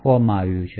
આપ્યું છે